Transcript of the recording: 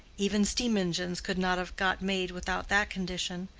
even steam-engines could not have got made without that condition,